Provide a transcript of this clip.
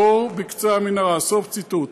"אור בקצה המנהרה" סוף ציטוט.